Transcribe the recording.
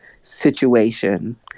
situation